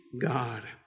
God